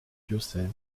diocèse